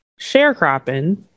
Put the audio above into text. sharecropping